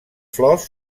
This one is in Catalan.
flors